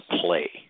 play